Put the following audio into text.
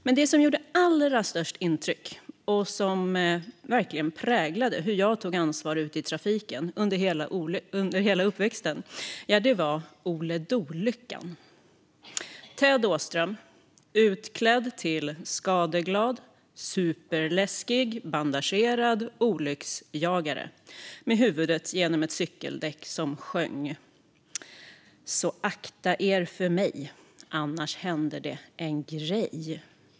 Men det som gjorde allra störst intryck och som präglade hur jag tog ansvar ute i trafiken under hela min uppväxt var Olyckan, alltså Ted Åström utklädd till skadeglad, superläskig och bandagerad olycksjagare med huvudet genom ett cykeldäck som sjöng: "Passa er för mig, annars händer det en grej".